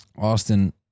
Austin